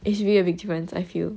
it's really a big difference I feel